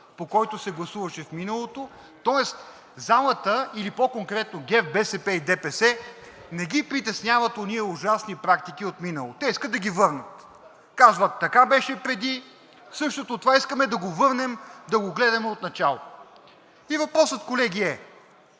по който се гласуваше в миналото, тоест залата или по-конкретно ГЕРБ, БСП и ДПС не ги притесняват онези ужасни практики от миналото. Те искат да ги върнат. Казват – така беше преди, същото това искаме да го върнем, да го гледаме отначало. И въпросът, колеги, е,